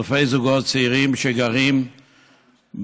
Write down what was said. אלפי זוגות צעירים, שגרים בדיור